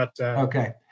Okay